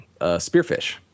spearfish